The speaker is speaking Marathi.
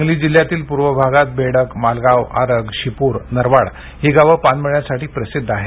सांगली जिल्ह्यातील पूर्व भागात बेडग मालगाव आरग शिपूर नरवाड ही गावे पानमळ्यासाठी प्रसिद्ध आहेत